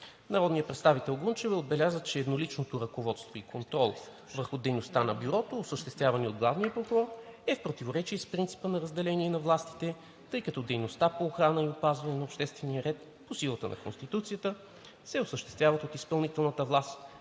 Народният представител Гунчева отбеляза, че едноличното ръководство и контрол върху дейността на Бюрото, осъществявани oт главния прокурор, е в противоречие с принципа на разделение на властите, тъй като дейността по охрана и опазване на обществения ред по силата на Конституцията се осъществяват от изпълнителната власт,